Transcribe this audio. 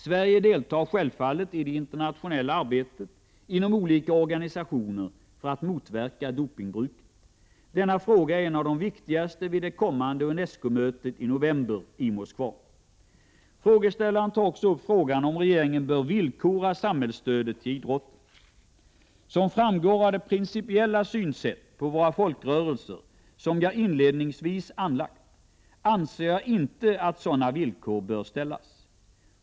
Sverige deltar självfallet i det internationella arbetet inom olika organisationer för att motverka dopingbruket. Denna fråga är en av de viktigaste vid det kommande UNESCO-mötet i november i Moskva. 81 Frågeställaren tar också upp frågan om regeringen bör villkora samhällsstödet till idrotten. Som framgår av det principiella synsätt på våra folkrörelser som jag inledningsvis anlagt anser jag inte att sådana villkor bör ställas.